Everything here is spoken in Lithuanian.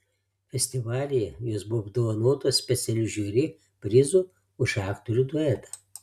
festivalyje jos buvo apdovanotos specialiu žiuri prizu už aktorių duetą